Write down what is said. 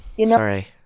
Sorry